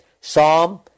Psalm